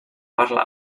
parla